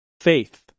faith